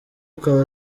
akaba